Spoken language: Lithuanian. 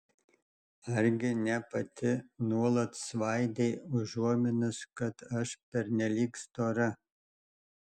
argi ne pati nuolat svaidei užuominas kad aš pernelyg stora